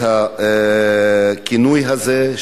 את הכינוי הזה.